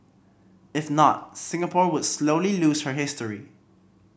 if not Singapore would slowly lose her history